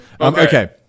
Okay